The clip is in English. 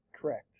Correct